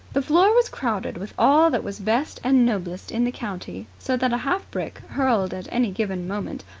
the floor was crowded with all that was best and noblest in the county so that a half-brick, hurled at any given moment,